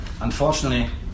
Unfortunately